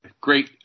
great